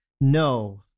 No